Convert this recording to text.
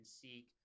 seek